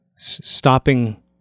stopping